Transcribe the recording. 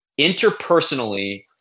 interpersonally